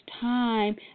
time